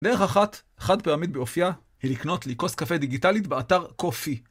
דרך אחת, חד פעמית באופייה, היא לקנות לי כוס קפה דיגיטלית באתר קופי.